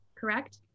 Correct